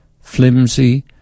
flimsy